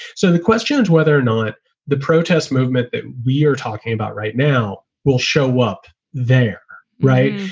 so the question is whether or not the protest movement that we are talking about right now will show up there. right.